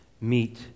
meet